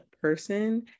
person